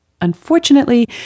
Unfortunately